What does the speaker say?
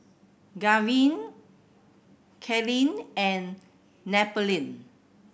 Gavyn Kylene and Napoleon